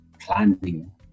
planning